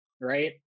Right